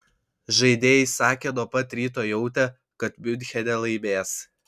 žaidėjai sakė nuo pat ryto jautę kad miunchene laimės